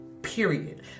period